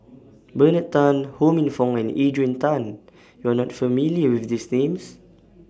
Bernard Tan Ho Minfong and Adrian Tan YOU Are not familiar with These Names